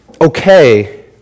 okay